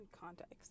Context